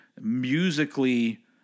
musically